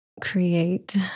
create